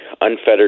unfettered